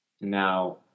now